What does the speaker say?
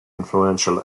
influential